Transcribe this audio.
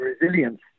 resilience